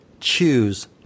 choose